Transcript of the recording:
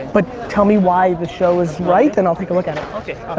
but tell me why the show is right, and i'll take a look at it. okay.